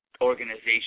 organization